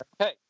Okay